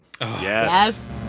yes